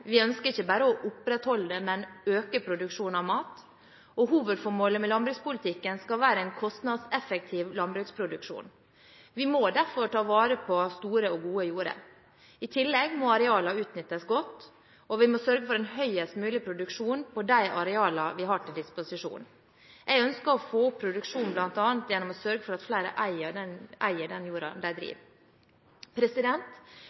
Vi ønsker ikke bare å opprettholde, men øke produksjonen av mat. Hovedformålet med landbrukspolitikken skal være en kostnadseffektiv landbruksproduksjon. Vi må derfor ta vare på store og gode jorder. I tillegg må arealene utnyttes godt. Vi må sørge for høyest mulig produksjon på de arealene vi har til disposisjon. Jeg ønsker å få opp produksjonen bl.a. gjennom å sørge for at flere eier den